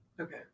Okay